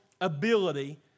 ability